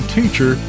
teacher